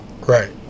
Right